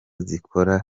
zikora